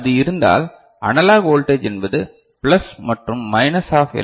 அது இருந்தால் analogue voltage என்பது பிளஸ் மற்றும் மைனஸ் ஹாப் எல்